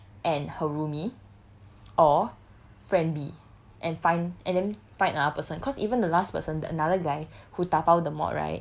friend A and her roomie or friend B and find and then find another person cause even the last person that another guy